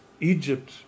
Egypt